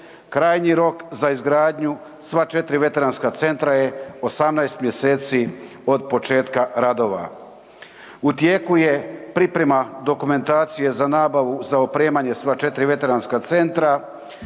krajnji rok za izgradnju sva 4 veteranska centra je 18 mj. od početka radova. U tijeku je priprema dokumentacije za nabavu za opremanje sva 4 veteranska centra